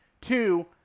Two